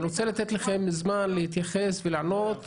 אני רוצה לתת לכם זמן להתייחס ולענות.